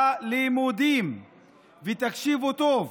תקשיבו טוב.